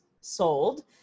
sold